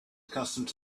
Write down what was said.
accustomed